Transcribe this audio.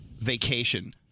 vacation